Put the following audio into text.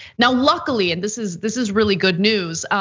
now luckily and this is this is really good news.